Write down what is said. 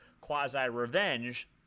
quasi-revenge